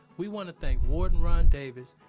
we want to thank warden ron davis.